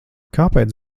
kāpēc